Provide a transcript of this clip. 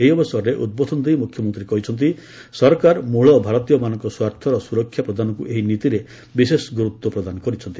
ଏହି ଅବସରରେ ଉଦ୍ବୋଧନ ଦେଇ ମୁଖ୍ୟମନ୍ତ୍ରୀ କହିଛନ୍ତି ସରକାର ମୂଳ ଭାରତୀୟମାନଙ୍କ ସ୍ୱାର୍ଥର ସୁରକ୍ଷା ପ୍ରଦାନକୁ ଏହି ନୀତିରେ ବିଶେଷ ଗୁରୁତ୍ୱ ପ୍ରଦାନ କରିଛନ୍ତି